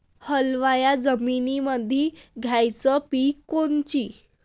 हलक्या जमीनीमंदी घ्यायची पिके कोनची?